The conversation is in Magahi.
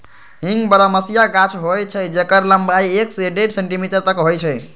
हींग बरहमसिया गाछ होइ छइ जेकर लम्बाई एक से डेढ़ सेंटीमीटर तक होइ छइ